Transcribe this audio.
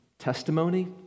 testimony